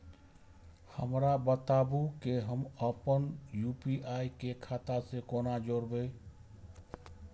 हमरा बताबु की हम आपन यू.पी.आई के खाता से कोना जोरबै?